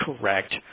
correct